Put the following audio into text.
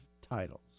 titles